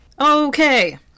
Okay